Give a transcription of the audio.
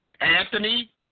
Anthony